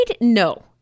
No